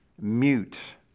mute